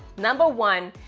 number one,